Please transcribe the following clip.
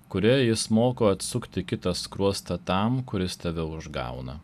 kuria jis moko atsukti kitą skruostą tam kuris tave užgauna